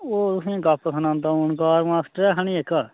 ओह् तुसेंगी गप्प सनांदा ओमकार मास्टर ऐ है ना इक